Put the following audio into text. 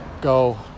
go